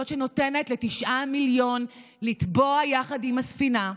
זאת שנותנת לתשעה מיליון לטבוע יחד עם הספינה,